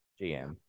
GM